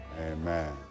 Amen